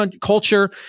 culture